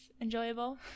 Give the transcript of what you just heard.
enjoyable